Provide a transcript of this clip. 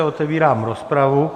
Otevírám rozpravu.